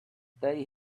stay